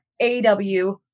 AW